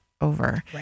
over